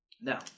Now